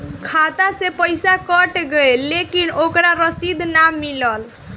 खाता से पइसा कट गेलऽ लेकिन ओकर रशिद न मिलल?